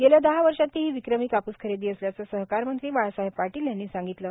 गेल्या दहा वर्षातली ही विक्रमी कापूस खरेदी असल्याचं सहकार मंत्री बाळासाहेब पाटील यांनी सांगितलं